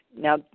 Now